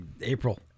April